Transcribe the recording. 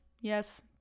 Yes